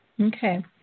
Okay